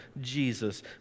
Jesus